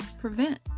prevent